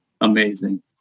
Amazing